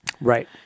Right